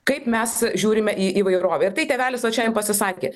kaip mes žiūrime į įvairovę ir tai tėvelis vat šiandien pasisakė